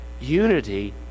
Unity